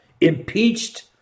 impeached